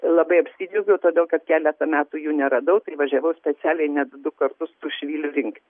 labai apsidžiaugiau todėl kad keletą metų jų neradau tai važiavau specialiai net du kartus tų švylių rinkti